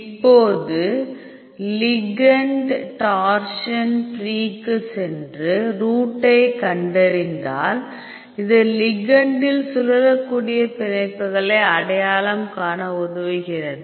இப்போது ligand torsion ட்ரீக்கு சென்று ரூட்டை கண்டறிந்தால் இது லிகெண்டில் சுழலக்கூடிய பிணைப்புகளை அடையாளம் காண உதவுகிறது